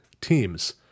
teams